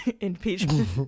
impeachment